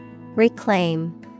Reclaim